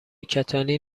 کتانی